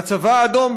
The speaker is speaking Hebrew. הצבא האדום,